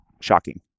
Shocking